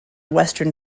western